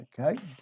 okay